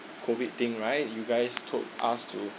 COVID thing right you guys told us to